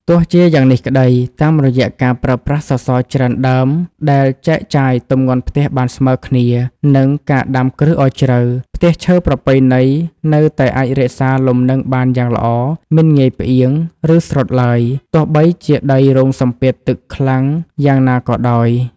ទោះជាយ៉ាងនេះក្ដី តាមរយៈការប្រើប្រាស់សសរច្រើនដើមដែលចែកចាយទម្ងន់ផ្ទះបានស្មើគ្នា និងការដាំគ្រឹះឱ្យជ្រៅ ផ្ទះឈើប្រពៃណីនៅតែអាចរក្សាលំនឹងបានយ៉ាងល្អ មិនងាយផ្អៀង ឬស្រុតឡើយ ទោះបីជាដីរងសម្ពាធទឹកខ្លាំងយ៉ាងណាក៏ដោយ។